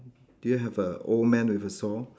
do you have a old man with a saw